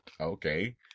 okay